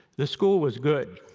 this school was good.